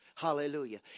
Hallelujah